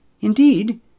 Indeed